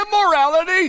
immorality